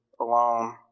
alone